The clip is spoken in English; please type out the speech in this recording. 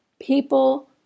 People